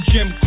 Jim